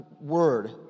word